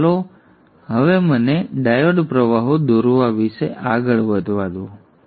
તો ચાલો હવે મને ડાયોડ પ્રવાહો દોરવા વિશે આગળ વધવા દો